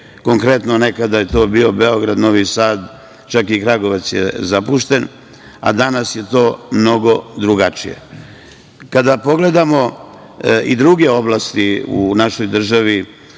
Konkretno, nekada su to bili Beograd, Novi Sad, čak i Kragujevac je zapušten, a danas je to mnogo drugačije. Kada pogledamo i druge oblasti u našoj državi